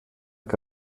que